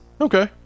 Okay